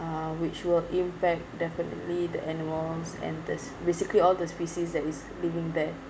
uh which will impact definitely the animals and this basically all the species that is living there